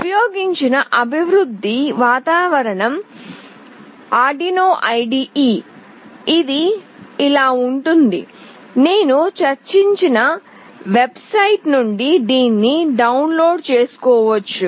ఉపయోగించిన అభివృద్ధి వాతావరణం Arduino IDE ఇది ఇలా ఉంటుంది నేను చర్చించిన వెబ్సైట్ నుండి దీన్ని డౌన్లోడ్ చేసుకోవచ్చు